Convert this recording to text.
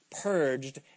purged